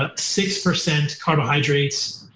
ah six percent carbohydrates,